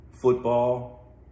football